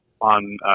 on